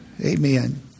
Amen